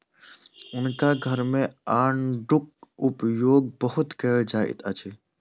हुनका घर मे आड़ूक उपयोग बहुत कयल जाइत अछि